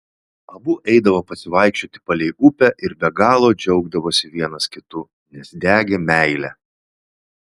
abu eidavo pasivaikščioti palei upę ir be galo džiaugdavosi vienas kitu nes degė meile